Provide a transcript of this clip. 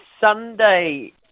Sunday